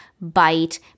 Bite